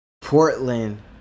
Portland